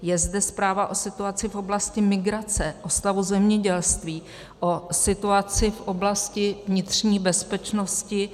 Je zde zpráva o situaci v oblasti migrace, o stavu zemědělství, o situaci v oblasti vnitřní bezpečnosti.